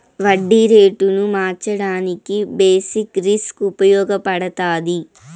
వడ్డీ రేటును మార్చడానికి బేసిక్ రిస్క్ ఉపయగపడతాది